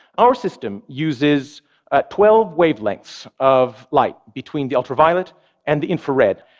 our system uses ah twelve wavelengths of light between the ultraviolet and the infrared,